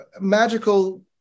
magical